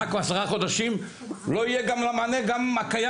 כבר 10 חודשים לא יהיה גם למענה גם הקיים,